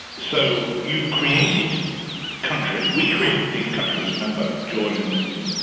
so you've created countries we created these countries remember, jordan,